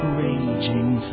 raging